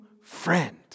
friend